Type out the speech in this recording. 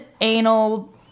anal